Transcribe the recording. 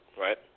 right